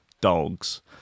dogs